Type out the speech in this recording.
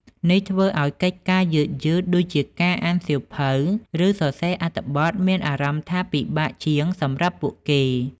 នេះធ្វើឱ្យកិច្ចការយឺតៗ ដូចជាការអានសៀវភៅ ឬសរសេរអត្ថបទ មានអារម្មណ៍ថាពិបាកជាងសម្រាប់ពួកគេ។